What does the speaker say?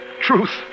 truth